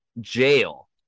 jail